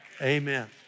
Amen